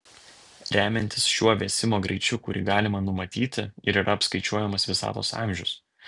remiantis šiuo vėsimo greičiu kurį galima numatyti ir yra apskaičiuojamas visatos amžius